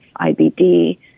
IBD